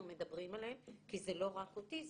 מדברים עליהם - כי זה לא רק אוטיזם,